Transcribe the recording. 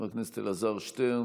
חבר הכנסת אלעזר שטרן,